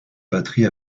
batterie